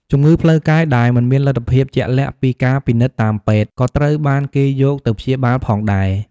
ជំងឺផ្លូវកាយដែលមិនមានលទ្ធផលជាក់លាក់ពីការពិនិត្យតាមពេទ្យ ក៏ត្រូវបានគេយកទៅព្យាបាលផងដែរ។